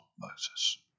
Moses